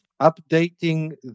updating